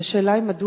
מה קורה